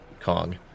Kong